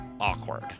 Awkward